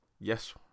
Yes